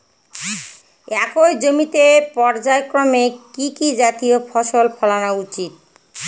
একই জমিতে পর্যায়ক্রমে কি কি জাতীয় ফসল ফলানো উচিৎ?